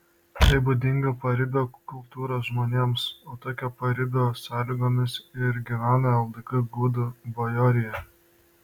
tai būdinga paribio kultūros žmonėms o tokio paribio sąlygomis ir gyveno ldk gudų bajorija